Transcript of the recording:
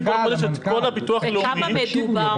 בכמה מדובר?